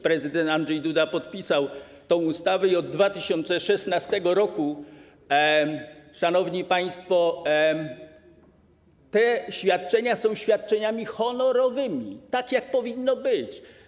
Prezydent Andrzej Duda podpisał tę ustawę i od 2016 r., szanowni państwo, te świadczenia są świadczeniami honorowymi, tak jak powinno być.